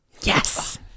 Yes